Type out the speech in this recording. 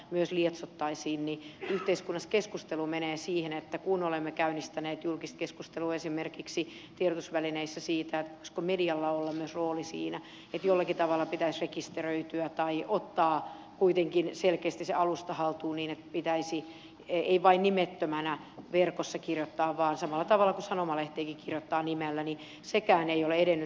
myös lieksa tai sini että myöskään vihapuhetta ei lietsottaisi olemme käynnistäneet julkista keskustelua esimerkiksi tiedotusvälineissä siitä voisiko myös medialla olla rooli siinä niin että jollakin tavalla pitäisi rekisteröityä tai ottaa kuitenkin selkeästi se alusta haltuun niin että pitäisi ei vain nimettömänä verkossa kirjoittaa vaan samalla tavalla kuin sanomalehteenkin kirjoittaa nimellä mutta sekään ei ole edennyt